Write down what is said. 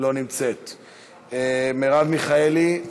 לא נמצאת, מרב מיכאלי,